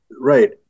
Right